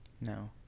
No